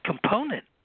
component